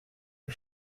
les